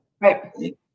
right